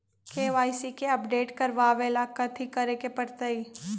KYC के update करवावेला कथि करें के परतई?